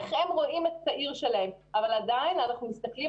איך הם רואים את העיר שלהם אבל עדיין אנחנו מסתכלים